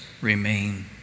remain